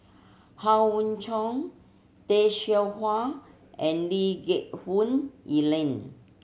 Howe Yoon Chong Tay Seow Huah and Lee Geck Hoon Ellen